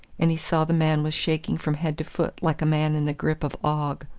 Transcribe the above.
and he saw the man was shaking from head to foot like a man in the grip of ague.